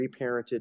reparented